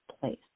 place